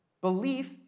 belief